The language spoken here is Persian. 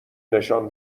نشان